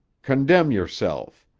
condemn yourself.